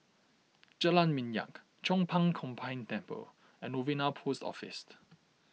Jalan Minyak Chong Pang Combined Temple and Novena Post Office